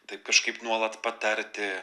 taip kažkaip nuolat patarti